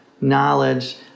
knowledge